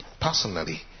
personally